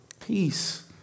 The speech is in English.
peace